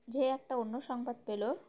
যেই একটা অন্য সংবাদ পেল